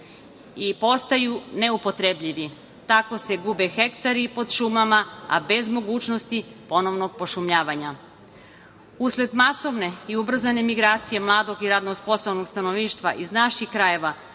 i postaju neupotrebljivi. Tako se gube hektari pod šumama, a bez mogućnosti ponovnog pošumljavanja. Usled masovne i ubrzane migracije mladog i radno sposobnog stanovništva iz naših krajeva,